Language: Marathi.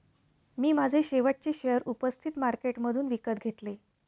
मी माझे शेवटचे शेअर उपस्थित मार्केटमधून विकत घेतले